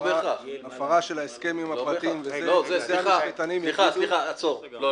הפרה של ההסכם --- סליחה, לא בהכרח.